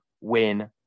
win